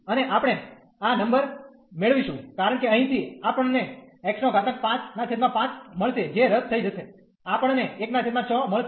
અને આપણે આ નંબર મેળવીશું કારણ કે અહી થી આપણ ને x 55 મળશે જે રદ થઈ જશે આપણ ને 16 મળશે